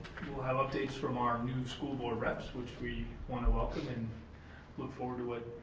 we'll have updates from our new school board reps which we want to welcome and look forward to what,